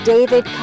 David